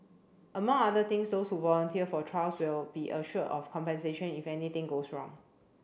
among other things those who volunteer for trials will be assured of compensation if anything goes wrong